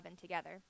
together